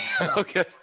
Okay